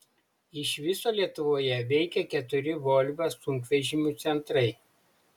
iš viso lietuvoje veikia keturi volvo sunkvežimių centrai